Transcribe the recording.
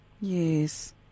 Yes